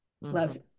loves